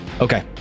Okay